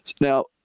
now